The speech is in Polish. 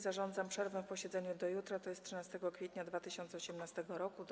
Zarządzam przerwę w posiedzeniu do jutra, tj. 13 kwietnia 2018 r., do